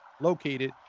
located